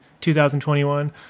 2021